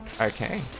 Okay